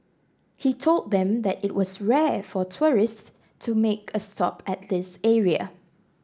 he told them that it was rare for tourists to make a stop at this area